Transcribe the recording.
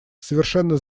совершенно